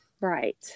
right